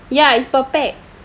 ya is per pax